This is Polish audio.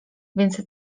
więc